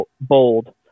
bold